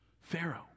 Pharaoh